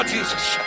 Jesus